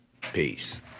Peace